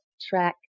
track